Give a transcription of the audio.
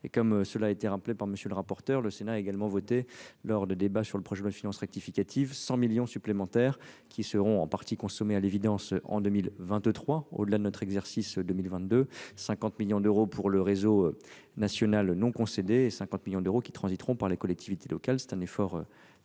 comme cela a été rappelé par M. le rapporteur spécial, le Sénat a également voté lors des débats sur le projet de loi finances rectificative 100 millions d'euros supplémentaires, qui seront en partie consommés en 2023, au-delà de l'exercice 2022, avec 50 millions d'euros pour le réseau national non concédé et 50 millions d'euros qui transiteront par les collectivités locales. C'est un effort important,